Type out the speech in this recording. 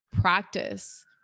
practice